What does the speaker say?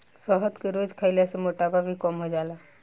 शहद के रोज खइला से मोटापा भी कम हो जाला